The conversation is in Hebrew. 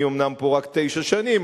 אני אומנם פה רק תשע שנים,